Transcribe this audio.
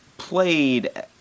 Played